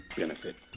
benefit